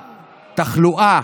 בתחלואה,